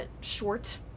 short